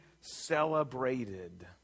celebrated